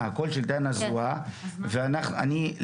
הקול של דנה זוהה ואנחנו יכולים להגיד.